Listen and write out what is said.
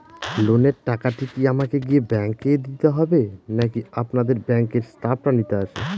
লোনের টাকাটি কি আমাকে গিয়ে ব্যাংক এ দিতে হবে নাকি আপনাদের ব্যাংক এর স্টাফরা নিতে আসে?